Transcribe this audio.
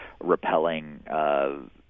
repelling